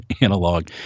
analog